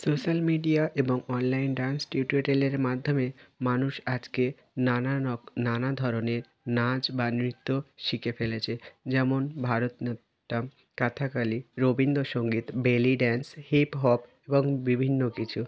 social media এবং online dance টিউটোরিয়ালের মাধ্যমে মানুষ আজকে নানা রক নানা ধরনের নাচ বা নৃত্য শিখে ফেলেছে যেমন Bharatanatyam Kathakali Rabindra Sangeet belly dance hip hop এবং বিভিন্ন কিছু